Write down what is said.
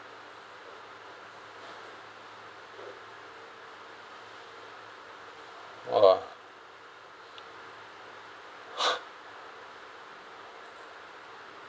!wah!